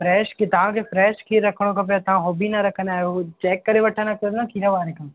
fresh की तव्हांखे fresh खीर रखिणो खपे तव्हां उहो बि न रखंदा आहियो उहा चेक करे वठंदा कयोसि न खीर वारे खां